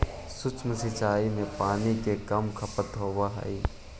सूक्ष्म सिंचाई में पानी के कम खपत होवऽ हइ